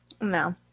No